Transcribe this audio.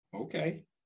Okay